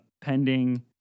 pending